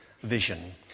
vision